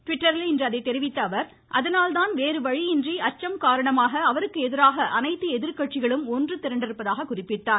ட்விட்டரில் இன்று இதை தெரிவித்த அவர் அதனால்தான் வேறு வழியின்றி அச்சம் காரணமாக அவருக்கு எதிராக அனைத்து எதிர்க்கட்சிகளும் ஒன்று திரண்டிருப்பதாக குறிப்பிட்டார்